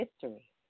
history